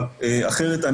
כי אחרת,